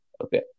okay